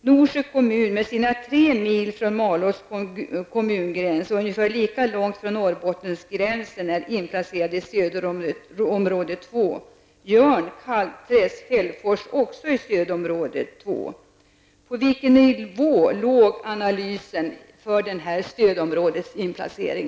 Norsjö kommun med sina tre mil från Malås kommungräns och ungefär lika långt från Norrbottensgränsen är inplacerad i stödområde 2, och Jörn, Kalvträsk och Fällfors också i stödområde 2. På vilken nivå låg analysen bakom denna stödområdesinplacering?